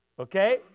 Okay